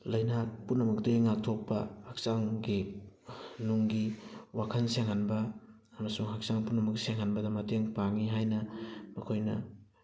ꯂꯥꯏꯅꯥ ꯄꯨꯝꯅꯃꯛꯇꯒꯤ ꯉꯥꯛꯊꯣꯛꯄ ꯍꯛꯆꯥꯡꯒꯤ ꯅꯨꯡꯒꯤ ꯋꯥꯈꯜ ꯁꯦꯡꯍꯟꯕ ꯑꯃꯁꯨꯡ ꯍꯛꯆꯥꯡ ꯄꯨꯝꯅꯃꯛ ꯁꯦꯡꯍꯟꯕꯗ ꯃꯇꯦꯡ ꯄꯥꯡꯉꯤ ꯍꯥꯏꯅ ꯃꯈꯣꯏꯅ